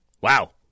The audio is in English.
wow